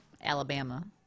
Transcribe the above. Alabama